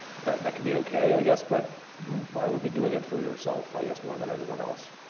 that that could be okay, i guess. but i would be doing it for yourself, i guess, more than anyone else.